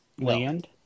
land